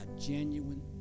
genuine